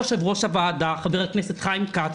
יושב-ראש הוועדה חבר הכנסת חיים כץ,